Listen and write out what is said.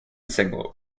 single